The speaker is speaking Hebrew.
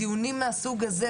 דיונים מהסוג הזה,